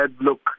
look